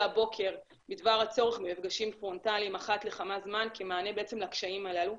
הבוקר בדבר הצורך במפגשים פרונטליים אחת לכמה זמן כמענה לקשיים הללו.